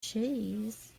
cheese